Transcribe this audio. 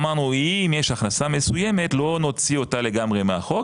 אמרנו אם יש הכנסה מסוימת לא נוציא אותה לגמרי מהחוק,